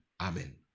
Amen